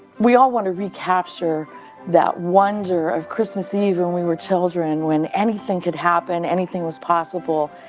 we all want to recapture that wonder of christmas eve when we were children when anything could happen, anything was possible.